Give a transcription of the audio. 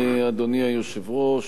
אדוני היושב-ראש,